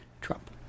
Trump